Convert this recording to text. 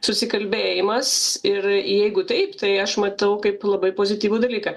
susikalbėjimas ir jeigu taip tai aš matau kaip labai pozityvų dalyką